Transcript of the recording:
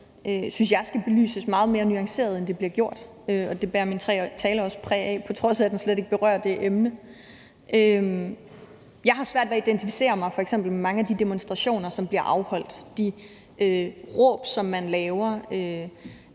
nu synes jeg skal belyses meget mere nuanceret, end det bliver gjort, og det bærer min tale også præg af, på trods af den slet ikke berører det emne. Jeg har f.eks. svært ved at identificere mig med mange af de demonstrationer, der bliver afholdt, og de ting, som man råber,